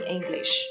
English 》 。